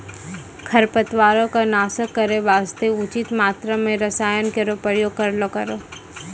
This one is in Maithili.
खरपतवारो क नाश करै वास्ते उचित मात्रा म रसायन केरो प्रयोग करलो करो